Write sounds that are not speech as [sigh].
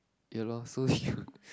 ya lor so [breath] you